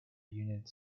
unit